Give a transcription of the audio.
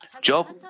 Job